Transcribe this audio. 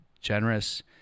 generous